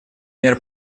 мер